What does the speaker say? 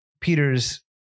Peter's